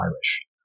Irish